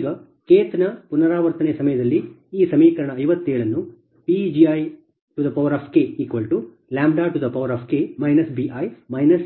ಈಗ kth ನ ಪುನರಾವರ್ತನೆಯ ಸಮಯದಲ್ಲಿ ಈ ಸಮೀಕರಣ 57 ಅನ್ನು PgiKK bi 2Kj1 j≠imBijPgjK 2diKBii